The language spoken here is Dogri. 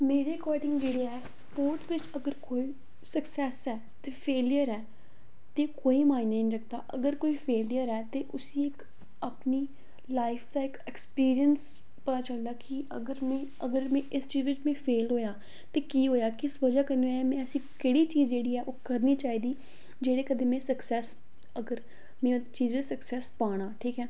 मेरे अकार्डिंग जेह्ड़ा ऐ स्पोटर्स बिच्च अगर कोई सक्सैस ऐ ते फेलियर ऐ ते कोई मायने निं रक्खदा अगर फेलियर ऐ ते उस्सी इक अपनी लाईफ दा इक एक्सपीरियंस पता चलदा कि अगर मी अगर मी इस चीज बिच्च मीं फेल होएआ ते की होएआ किस बजह् कन्नै होएआ में ऐसी केह्ड़ी चीज जेह्ड़ी ऐ ओह् करनी चाहिदी जेह्ड़ी में कदें सक्सैस अगर में अगर इस चीज गी पाना ठीक ऐ